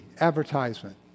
advertisement